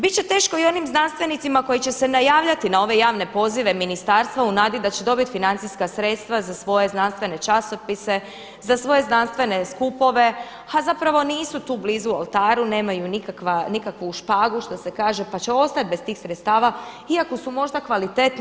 Bit će teško i onim znanstvenicima koji će se javljati na ove javne pozive ministarstva u nadi da će dobit financijska sredstva za svoje znanstvene časopise, za svoje znanstvene skupove, a zapravo nisu tu blizu oltaru, nemaju nikakvu špagu što se kaže pa će ostati bez tih sredstava iako su možda kvalitetni.